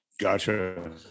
Gotcha